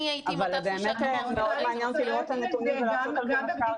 מאוד מעניין אותי לראות את הנתונים ולעשות על זה גם מחקר.